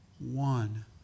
One